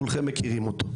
כולכם מכירים אותו.